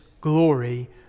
glory